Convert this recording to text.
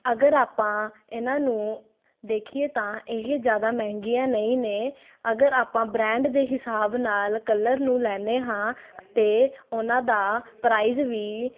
ਅਗਰ ਆਪਾਂ ਇਹਨਾਂ ਨੂੰ ਦੇਖੀਏ ਤਾਂ ਇਹ ਜ਼ਿਆਦਾ ਮਹਿੰਗੀਆਂ ਨਹੀਂ ਨੇ ਅਗਰ ਆਪਾਂ ਬ੍ਰਾਂਡ ਦੇ ਹਿਸਾਬ ਨਾਲ ਕਲਰ ਨੂੰ ਲੈਦੇ ਹਾਂ ਅਤੇ ਉਹਨਾਂ ਦਾ ਪ੍ਰਾਈਜ਼ ਵੀ